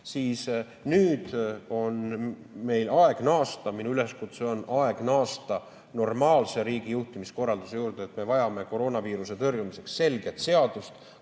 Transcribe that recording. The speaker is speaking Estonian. siis nüüd on meil aeg naasta, minu üleskutse on, aeg naasta normaalse riigi juhtimiskorralduse juurde. Me vajame koroonaviiruse tõrjumiseks selget seadust,